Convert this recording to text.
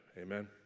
Amen